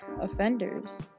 offenders